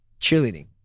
cheerleading